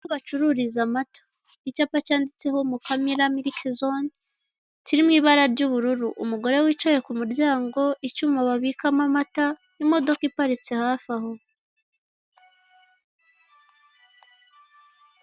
Aho bacururiza amata, icyapa cyanditseho mukamira miliki zone kiri mu ibara ry'ubururu, umugore wicaye ku muryango, icyuma babikamo amata, n'imodoka iparitse hafi aho.